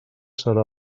serà